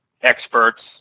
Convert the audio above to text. experts